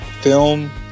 film